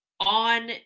on